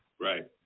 Right